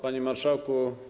Panie Marszałku!